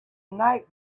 night